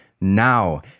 now